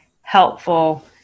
helpful